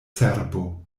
cerbo